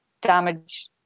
damage